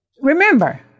remember